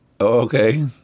Okay